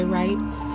rights